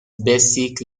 basic